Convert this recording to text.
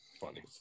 funny